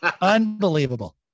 Unbelievable